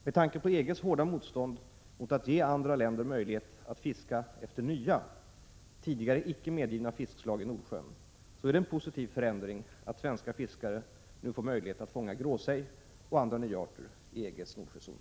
Med tanke på EG:s hårda motstånd mot att ge andra länder möjlighet att fiska efter nya, tidigare icke medgivna fiskslag i Nordsjön så är det en positiv förändring att svenska fiskare nu får möjlighet att fånga gråsej och andra nya arter i EG:s Nordsjözon.